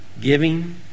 giving